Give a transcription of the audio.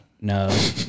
no